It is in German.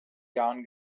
jahren